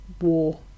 war